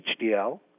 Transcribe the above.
HDL